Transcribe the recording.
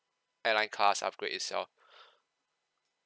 airline cards upgrade itself